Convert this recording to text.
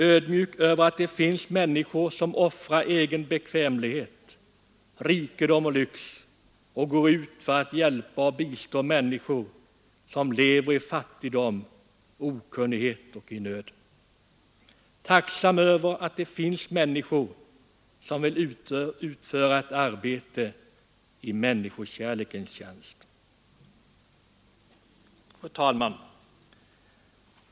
Ödmjuk därför att det finns människor som offrar egen bekvämlighet, rikedom och lyx och går ut för att bistå människor som lever i fattigdom, okunnighet och nöd. Tacksam över att det finns människor som vill utföra ett arbete i människokärlekens tjänst. Fru talman!